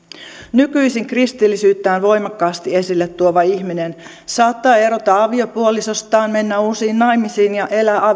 nykyisin kristillisyyttään voimakkaasti esille tuova ihminen saattaa erota aviopuolisostaan mennä uusiin naimisiin ja elää